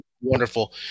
wonderful